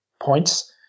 points